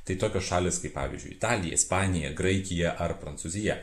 tai tokios šalys kaip pavyzdžiui italija ispanija graikija ar prancūzija